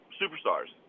superstars